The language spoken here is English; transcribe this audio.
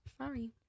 Sorry